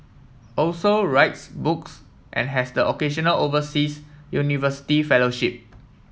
also writes books and has the occasional overseas university fellowship